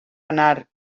anar